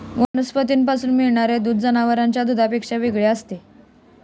वनस्पतींपासून मिळणारे दूध जनावरांच्या दुधापेक्षा वेगळे असते